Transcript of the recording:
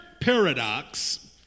paradox